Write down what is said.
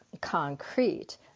concrete